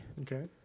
Okay